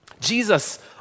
Jesus